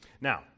Now